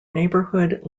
neighborhood